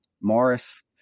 Morris